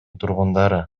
тургундары